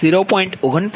2916 0